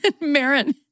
Maren